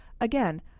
again